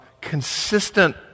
consistent